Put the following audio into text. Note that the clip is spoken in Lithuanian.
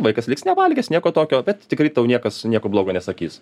vaikas liks nevalgęs nieko tokio bet tikrai tau niekas nieko blogo nesakys